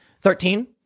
Thirteen